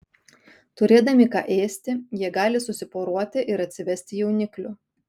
turėdami ką ėsti jie gali susiporuoti ir atsivesti jauniklių